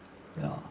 ya